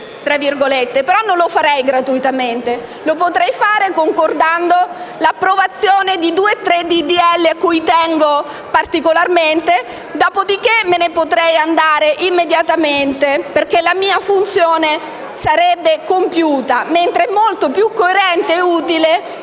però non lo farei gratuitamente: lo potrei fare concordando l'approvazione di due o tre disegni di legge cui tengo particolarmente. Dopodiché me ne potrei andare immediatamente, perché la mia funzione sarebbe compiuta. Mentre molto più coerente ed utile